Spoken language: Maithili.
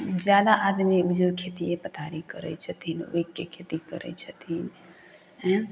जादा आदमी बुझियौ खेतिए पथारी करै छथिन खेती तेती करै छथिन हैं